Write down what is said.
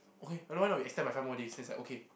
okay why not you extend by five more days then it's like okay